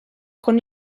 con